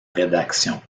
rédaction